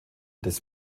des